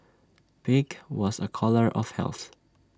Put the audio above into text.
pink was A colour of health